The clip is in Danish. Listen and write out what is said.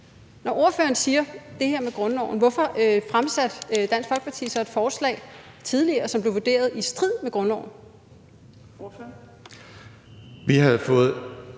Når ordføreren siger det her med grundloven, hvorfor fremsatte Dansk Folkeparti så et forslag tidligere, som blev vurderet i strid med grundloven? Kl. 14:17 Fjerde